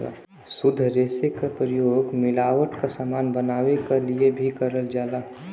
शुद्ध रेसे क प्रयोग मिलावट क समान बनावे क लिए भी करल जाला